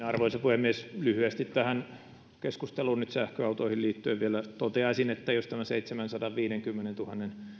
arvoisa puhemies lyhyesti tähän keskusteluun sähköautoihin liittyen vielä toteaisin että jos tämä seitsemänsadanviidenkymmenentuhannen